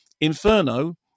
Inferno